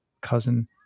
cousin